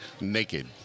naked